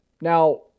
Now